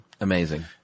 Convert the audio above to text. Amazing